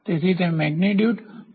તેથી તે મેગનીટ્યુડ વિ